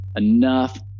enough